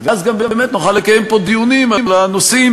ואז באמת גם נוכל לקיים פה דיונים על הנושאים